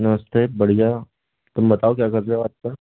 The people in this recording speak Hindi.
नमस्ते बढ़िया तुम बताओ क्या कर रहे हो आजकल